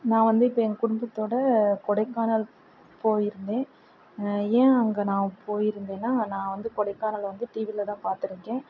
நான் வந்து இப்போ என் குடும்பத்தோடு கொடைக்கானல் போயிருந்தேன் ஏன் அங்கே நான் போயிருந்தேன்னால் நான் வந்து கொடைக்கானல் வந்து டிவியில் தான் பார்த்துருக்கேன்